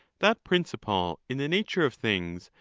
that principle, in the nature of things,